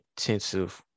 intensive